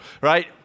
right